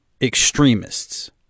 extremists